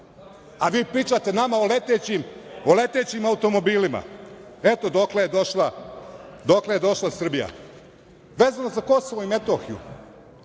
a pričate nama o letećim automobilima. Eto, dokle je došla Srbija. Vezano za Kosovo i Metohiju,